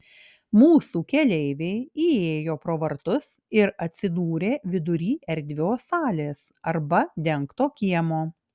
mūsų keleiviai įėjo pro vartus ir atsidūrė vidury erdvios salės arba dengto kiemo